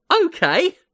okay